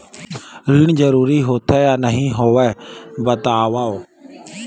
ऋण जरूरी होथे या नहीं होवाए बतावव?